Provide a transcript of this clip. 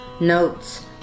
notes